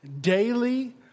daily